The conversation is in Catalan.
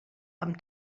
amb